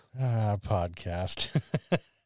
Podcast